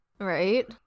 Right